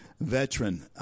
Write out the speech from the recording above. veteran